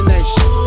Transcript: Nation